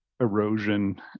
erosion